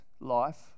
life